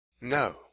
No